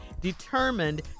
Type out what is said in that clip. determined